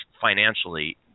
financially